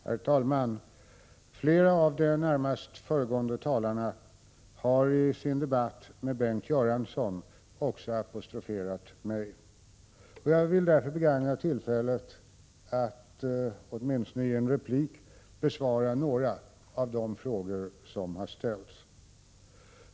Herr talman! Flera av de närmast föregående talarna har i sin debatt med Bengt Göransson också apostroferat mig. Jag vill därför begagna tillfället att åtminstone i en replik besvara några av de frågor som har ställts.